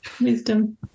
Wisdom